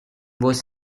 was